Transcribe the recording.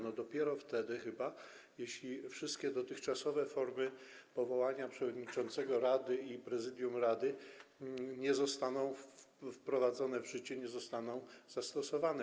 Chyba dopiero wtedy, gdy wszystkie dotychczasowe formy powołania przewodniczącego rady i prezydium rady nie zostaną wprowadzone w życie, nie zostaną zastosowane.